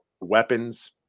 weapons